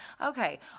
okay